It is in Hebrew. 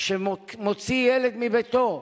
שמוציא ילד מביתו,